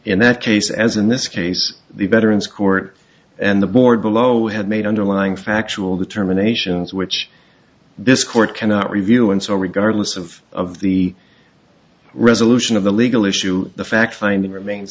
in that case as in this case the veterans court and the board below had made underlying factual determination which this court cannot review and so regardless of of the resolution of the legal issue the fact finding remains